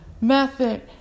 method